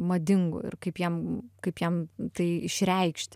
madingu ir kaip jam kaip jam tai išreikšt